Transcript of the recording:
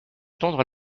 tondre